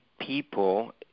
people